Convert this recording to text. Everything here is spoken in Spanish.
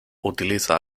utiliza